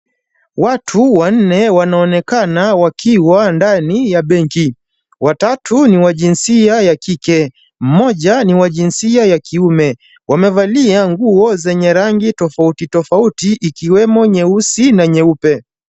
Watu wanne wanaonekana wakiwa ndani ya benki. Watatu ni wa jinsia ya kike mmoja ni wa jinsia ya kiume. Wamevalia nguo zenye rangi tofauti tofauti ikiwemo nyeusi na nyeupe.